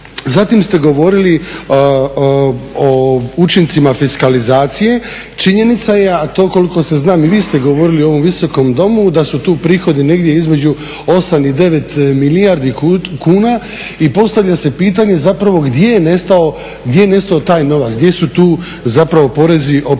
Zatim ste govorili o učincima fiskalizacije, činjenica je, a to koliko se zna i vi ste govorili u ovom Visokom domu da su tu prihodi negdje između 8 i 9 milijardi kuna i postavlja se pitanje zapravo gdje je nestao taj novac, gdje su tu zapravo porezi od